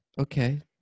Okay